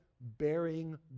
bearing